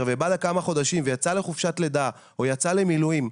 ובא לכמה חודשים ויצא לחופשת לידה או יצא למילואים,